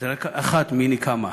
היא רק אחת מני כמה,